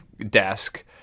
desk